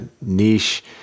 niche